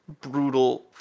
brutal